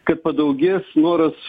kad padaugės noras